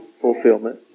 fulfillment